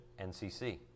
NCC